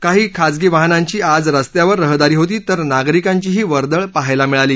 काही खाजगी वाहनांची आज स्स्त्यावर रहदारी होती तर नागरिकांचीही वर्दळ पाहायला मिळाली